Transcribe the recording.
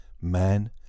Man